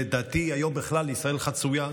לדעתי היום בכלל ישראל חצויה,